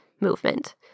movement